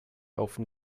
often